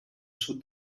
sud